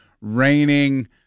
raining